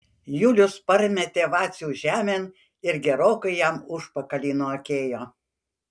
julius parmetė vacių žemėn ir gerokai jam užpakalį nuakėjo